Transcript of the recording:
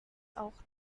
auch